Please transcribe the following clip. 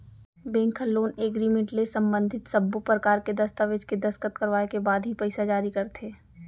bank ह loan agreement ले संबंधित सब्बो परकार के दस्ताबेज के दस्कत करवाए के बाद ही पइसा जारी करथे